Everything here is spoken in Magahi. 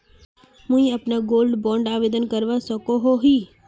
मुई अपना गोल्ड बॉन्ड आवेदन करवा सकोहो ही?